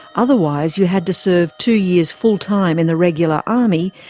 otherwise, you had to serve two years full-time in the regular army,